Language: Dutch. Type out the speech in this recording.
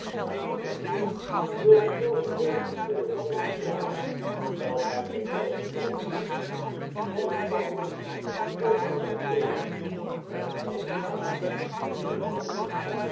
aangevoerd door een zoo gewetensvollen trommelslager dat hij geen oogenblik ophield toen kwam er een groot aantal heeren met lange staven in nun handen